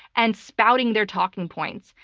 and spouting their talking points,